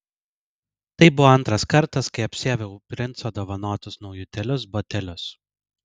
tai buvo antras kartas kai apsiaviau princo dovanotus naujutėlius batelius